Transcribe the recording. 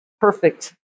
perfect